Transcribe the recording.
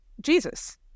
Jesus